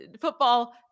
football